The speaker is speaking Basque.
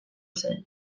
zen